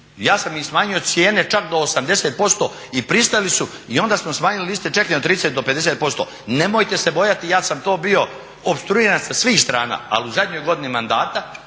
Ja sam im smanjio cijene čak do 80% i pristali su i onda smo smanjili liste čekanja od 30 do 50%. Nemojte se bojati, ja sam to bio opstruiran sa svih strana, ali u zadnjoj godini mandata,